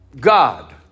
God